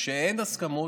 כשאין הסכמות,